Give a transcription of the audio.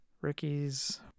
Ricky's